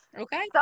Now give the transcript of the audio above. Okay